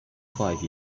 five